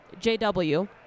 JW